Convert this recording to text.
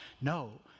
No